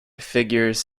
figures